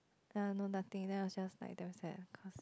ya no nothing then I was just like damn sad cause